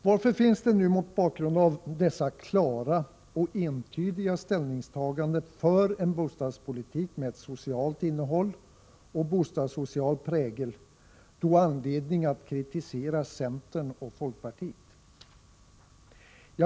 Varför finns det då, mot bakgrunden av dessa ganska klara och entydiga ställningstaganden för en bostadspolitik med ett socialt innehåll och bostadssocial prägel, anledning att kritisera centern och folkpartiet?